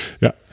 Ja